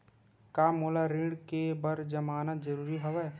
का मोला ऋण ले बर जमानत जरूरी हवय?